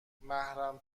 محرم